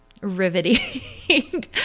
riveting